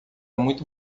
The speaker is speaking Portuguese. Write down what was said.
muito